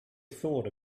thought